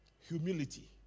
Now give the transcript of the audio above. Humility